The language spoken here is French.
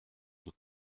nous